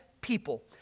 people